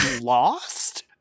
lost